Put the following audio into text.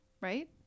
right